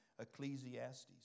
Ecclesiastes